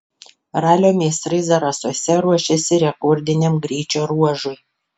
ralio meistrai zarasuose ruošiasi rekordiniam greičio ruožui